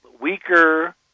weaker